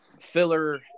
filler